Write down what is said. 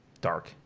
dark